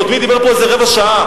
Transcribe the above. קודמי דיבר פה איזה רבע שעה.